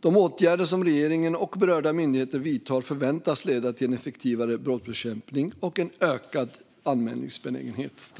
De åtgärder som regeringen och berörda myndigheter vidtar förväntas leda till en effektivare brottsbekämpning och en ökad anmälningsbenägenhet.